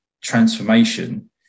transformation